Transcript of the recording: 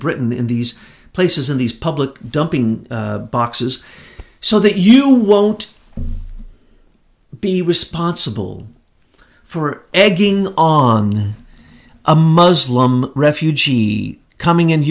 britain in these places in these public dumping boxes so that you won't be responsible for egging on a muslim refugee coming into